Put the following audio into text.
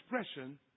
expression